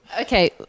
Okay